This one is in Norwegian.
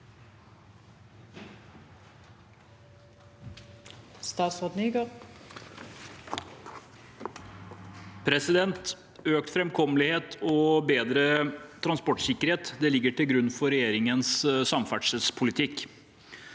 Økt fram- kommelighet og bedre transportsikkerhet ligger til grunn for regjeringens samferdselspolitikk.